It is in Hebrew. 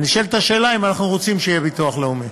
ונשאלת השאלה אם אנחנו רוצים שיהיה ביטוח לאומי.